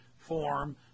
form